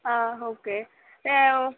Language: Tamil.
ஆ ஓகே